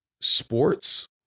sports